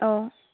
অঁ